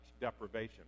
deprivation